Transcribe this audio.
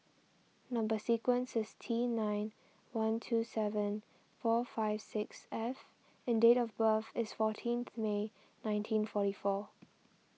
Number Sequence is T nine one two seven four five six F and date of birth is fourteenth May nineteen forty four